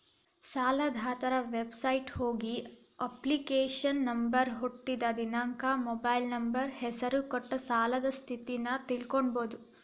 ಸಾಲದಾತರ ವೆಬಸೈಟ್ಗ ಹೋಗಿ ಅಪ್ಲಿಕೇಶನ್ ನಂಬರ್ ಹುಟ್ಟಿದ್ ದಿನಾಂಕ ಮೊಬೈಲ್ ನಂಬರ್ ಹೆಸರ ಕೊಟ್ಟ ಸಾಲದ್ ಸ್ಥಿತಿನ ತಿಳ್ಕೋಬೋದು